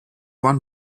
one